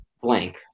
blank